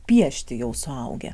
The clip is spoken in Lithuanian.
piešti jau suaugę